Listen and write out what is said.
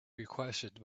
requested